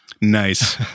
Nice